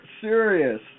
serious